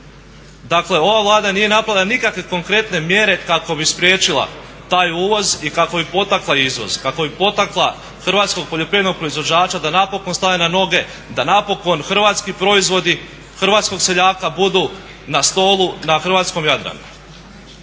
Dakle, ova Vlada nije napravila nikakve konkretne mjere kako bi spriječila taj uvoz i kako bi potakla izvoz, kako bi potakla hrvatskog poljoprivrednog proizvođača da napokon stane na noge, da napokon hrvatski proizvodi hrvatskog seljaka budu na stolu na hrvatskom Jadranu.